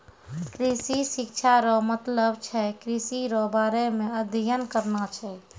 कृषि शिक्षा रो मतलब छै कृषि रो बारे मे अध्ययन करना छै